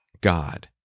God